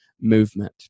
movement